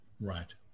Right